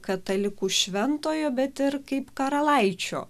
katalikų šventojo bet ir kaip karalaičio